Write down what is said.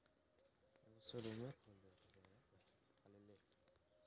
हम दुकानदार के समान खरीद के वकरा कोड स्कैन काय के पैसा भेज सके छिए?